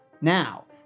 Now